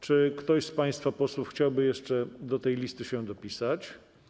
Czy ktoś z państwa posłów chciałby jeszcze do tej listy się dopisać?